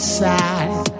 side